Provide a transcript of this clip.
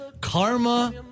karma